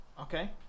okay